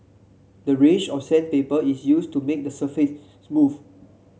the range of sandpaper is used to make the surface smooth